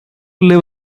live